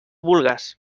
vulgues